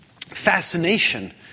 fascination